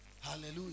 Hallelujah